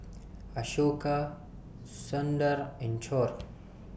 Ashoka Sundar and Choor